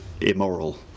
immoral